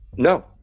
No